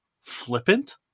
flippant